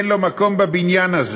אין לו מקום בבניין הזה.